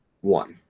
one